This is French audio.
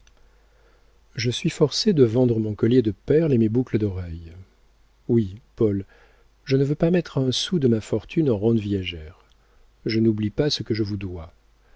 je suis forcée de vendre mon collier de perles et mes boucles d'oreilles oui paul je ne veux pas mettre un sou de ma fortune en rentes viagères je n'oublie pas ce que je vous dois